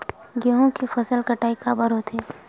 गेहूं के फसल कटाई काबर होथे?